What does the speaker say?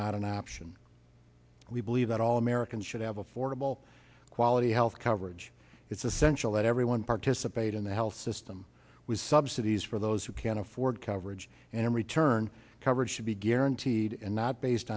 not an option we believe that all americans should have affordable quality health coverage it's essential that everyone participate in the health system was subsidies for those who can afford coverage and in return coverage should be guaranteed and not based